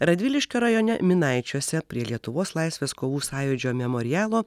radviliškio rajone minaičiuose prie lietuvos laisvės kovų sąjūdžio memorialo